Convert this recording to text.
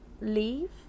leave